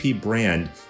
brand